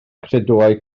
credoau